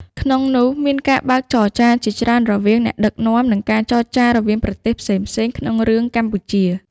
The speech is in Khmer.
ក្នុងនោះមានការ បើកចរចាជាច្រើនរវាងអ្នកដឹកនាំ និងការចរចារវាងប្រទេសផ្សេងៗក្នុងរឿងកម្ពុជា។